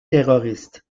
terroriste